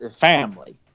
family